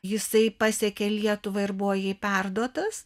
jisai pasiekė lietuvą ir buvo jai perduotas